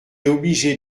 obligé